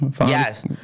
Yes